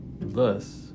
Thus